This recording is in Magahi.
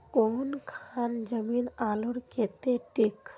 कौन खान जमीन आलूर केते ठिक?